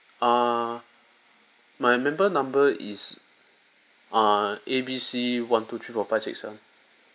uh my member number is uh A B C one two three four five six seven